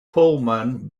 pullman